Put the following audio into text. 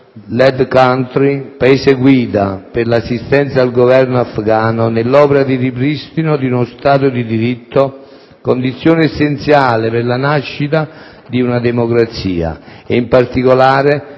*lead country* (Paese guida) per l'assistenza al Governo afghano nell'opera di ripristino di uno Stato di diritto, condizione essenziale per la nascita di una democrazia e, in particolare,